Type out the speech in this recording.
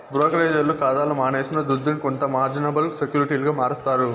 బ్రోకరేజోల్లు కాతాల మనమేసిన దుడ్డుని కొంత మార్జినబుల్ సెక్యూరిటీలుగా మారస్తారు